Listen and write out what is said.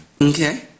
Okay